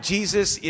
Jesus